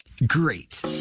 Great